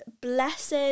blessed